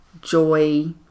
joy